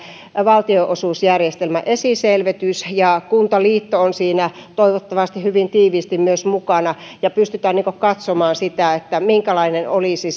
valtionosuusjärjestelmän esiselvitys ja myös kuntaliitto on siinä toivottavasti hyvin tiiviisti mukana ja pystytään katsomaan minkälainen olisi